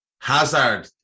Hazard